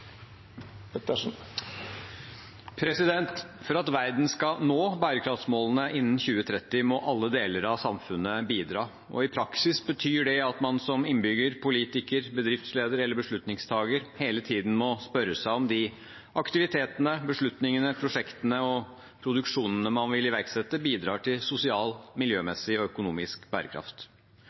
For at verden skal nå bærekraftsmålene innen 2030, må alle deler av samfunnet bidra. I praksis betyr det at man som innbygger, politiker, bedriftsleder eller beslutningstaker hele tiden må spørre seg om de aktivitetene, beslutningene, prosjektene og produksjonene man vil iverksette, bidrar til sosial, miljømessig og økonomisk bærekraft.